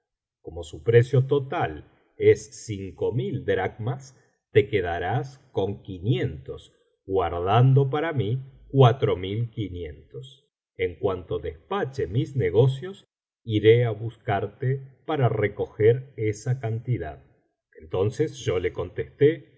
como su precio total es cinco mil dracmas te quedarás con quinientos guardando para mí cuatro mil quinientos en cuanto despache mis negocios iré á buscarte para recoger esa cantidad entonces yo le contesté